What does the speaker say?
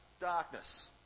darkness